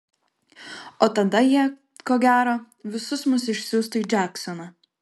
o tada jie ko gero visus mus išsiųstų į džeksoną